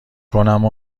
کنم